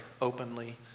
openly